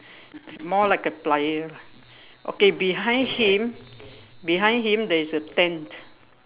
more like a plier lah okay behind him behind him there is a tent